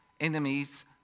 enemies